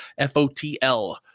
FOTL